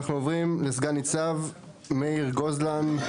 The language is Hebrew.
אנחנו עוברים לסגן ניצב מאיר גוזלן.